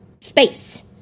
space